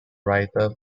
writer